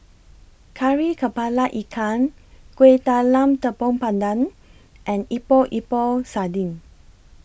Kari Kepala Ikan Kueh Talam Tepong Pandan and Epok Epok Sardin